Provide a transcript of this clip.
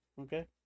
okay